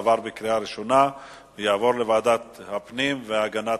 עברה בקריאה ראשונה ותעבור לוועדת הפנים והגנת